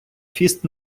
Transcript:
фіст